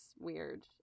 weird